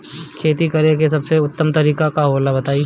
खेती करे के सबसे उत्तम तरीका का होला बताई?